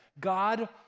God